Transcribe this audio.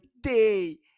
day